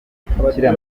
bikira